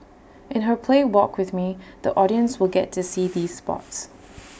in her play walk with me the audience will get to see these spots